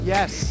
Yes